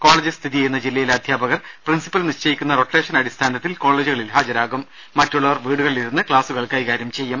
college സ്ഥിതിചെയ്യുന്ന ജില്ലയിലെ അധ്യാപകർ പ്രിൻസിപ്പൽ നിശ്ചയിക്കുന്ന റൊട്ടേഷൻ അടിസ്ഥാനത്തിൽ കോളേജുകളിൽ ഹാജരാകും മറ്റുള്ളവർ വീടുകളിലിരുന്ന് ക്ലാസ്സുകൾ കൈകാര്യം ചെയ്യും